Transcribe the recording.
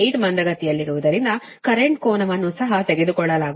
8 ಮಂದಗತಿಯಲ್ಲಿರುವುದರಿಂದ ಕರೆಂಟ್ ಕೋನವನ್ನು ಸಹ ತೆಗೆದುಕೊಳ್ಳಲಾಗುತ್ತದೆ